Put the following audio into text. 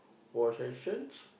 possessions